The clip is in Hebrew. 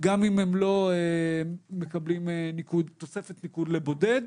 גם אם הם לא מקבלים תוספת ניקוד לבודד.